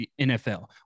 NFL